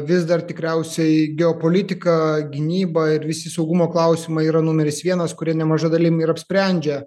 vis dar tikriausiai geopolitika gynyba ir visi saugumo klausimai yra numeris vienas kurie nemaža dalim ir apsprendžia